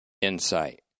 insight